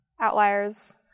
Outliers